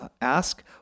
Ask